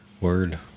Word